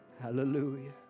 Hallelujah